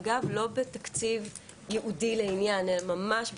אגב, לא בתקציב ייעודי לעניין, אלא ממש בתקציב,